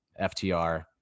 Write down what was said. FTR